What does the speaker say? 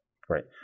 great